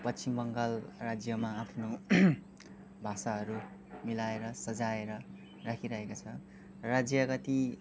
पश्चिम बङ्गाल राज्यमा आफ्नो भाषाहरू मिलाएर सजाएर राखिरहेको छ र राज्यका ती